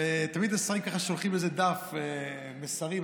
ותמיד השרים שולחים איזה דף מסרים.